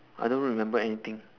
I don't remember anything